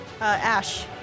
Ash